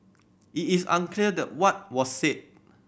it is unclear the what was said